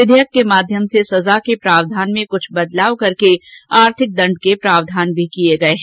विधेयक के माध्यम से सजा के प्रावधान में कुछ बदलाव करके आर्थिक दंड के प्रावधान किये गये हैं